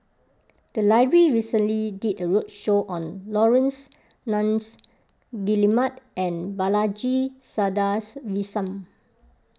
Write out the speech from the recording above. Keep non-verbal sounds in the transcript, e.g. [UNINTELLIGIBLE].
the library recently did a roadshow on Laurence Nunns Guillemard and Balaji [UNINTELLIGIBLE]